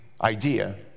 idea